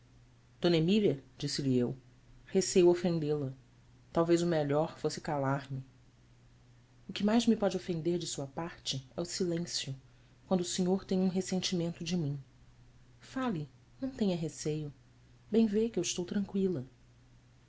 de mília disse-lhe eu receio ofendê la talvez o melhor fosse calar-me que mais me pode ofender de sua parte é o silêncio quando o senhor tem um ressentimento de mim fale não tenha receio bem vê que eu estou tranqüila